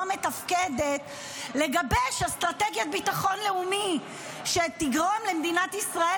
לא מתפקדת לגבש אסטרטגיית ביטחון לאומי שתגרום למדינת ישראל